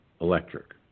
electric